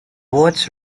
watts